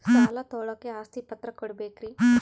ಸಾಲ ತೋಳಕ್ಕೆ ಆಸ್ತಿ ಪತ್ರ ಕೊಡಬೇಕರಿ?